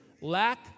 lack